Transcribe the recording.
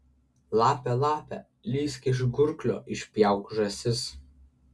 lape lape lįsk iš gurklio išpjauk žąsis